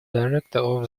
director